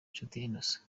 innocent